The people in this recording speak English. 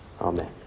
Amen